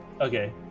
Okay